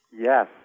Yes